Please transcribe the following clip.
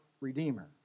redeemer